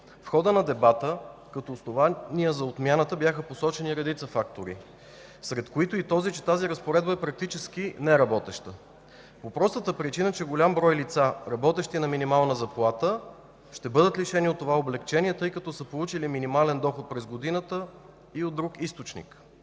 В хода на дебата като основания за отмяната бяха посочени редица фактори, сред които и този, че тази разпоредба е практически неработеща по простата причина, че голям брой лица, работещи на минимална заплата, ще бъдат лишени от това облекчение, тъй като са получили минимален доход през годината и от друг източник.